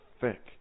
thick